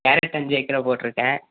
carrot அஞ்சு ஏக்கராக போட்டுருக்கேன்